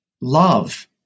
love